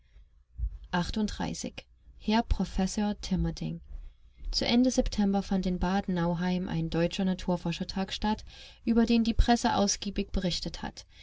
herr professor timerding zu ende september fand in bad nauheim ein deutscher naturforschertag statt über den die presse ausgiebig berichtet hat